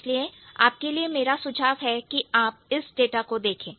इसलिए आपके लिए मेरा सुझाव है कि आप इस डाटा को देखें